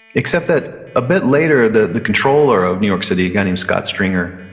except that a bit later, the the controller of new york city, a guy named scott stringer,